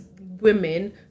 women